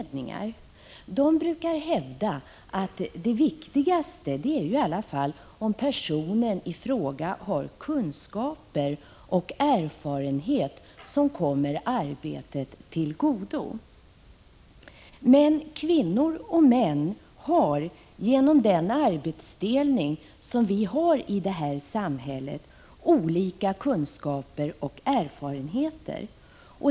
De brukar hävda att det viktigaste ju i alla fall är om personen i fråga har kunskaper och erfarenhet som kommer arbetet till godo. Men kvinnor och män har genom den arbetsdelning som vi har i det här samhället olika kunskaper och erfarenheter.